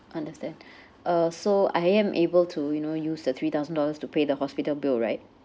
understand uh so I am able to you know use the three thousand dollars to pay the hospital bill right